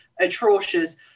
atrocious